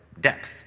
depth